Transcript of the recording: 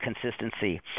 consistency